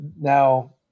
now